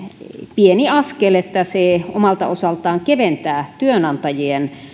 pieni askel että se omalta osaltaan keventää työnantajien